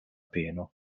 peno